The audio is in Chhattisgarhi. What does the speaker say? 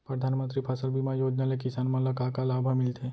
परधानमंतरी फसल बीमा योजना ले किसान मन ला का का लाभ ह मिलथे?